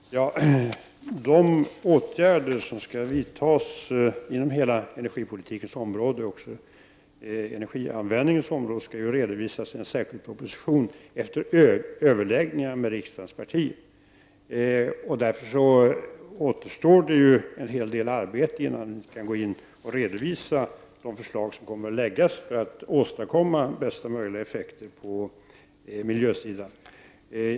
Fru talman! Åtgärder inom energipolitikens område och inom energianvändningens område skall, efter överläggningar med riksdagens partier, redovisas i en proposition. Det återstår en hel del arbete innan regeringen kan redovisa de förslag som kommer att läggas fram för att åstadkomma bästa möjliga effekt för miljön.